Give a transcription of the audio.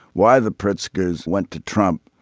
why the pritzker went to trump.